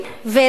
ולשר,